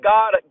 God